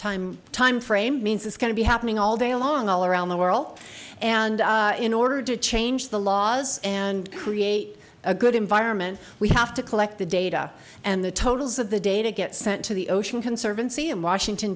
time timeframe means it's going to be happening all day long all around the world and in order to change the laws and create a good environment we have to collect the data and the totals of the data get sent to the ocean conservancy in washington